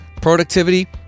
productivity